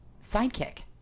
sidekick